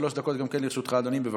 שלוש דקות גם לרשותך, אדוני, בבקשה.